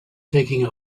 taking